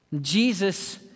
Jesus